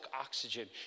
oxygen